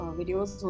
videos